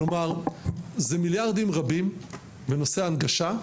כלומר, זה מיליארדים רבים בנושא הנגשה,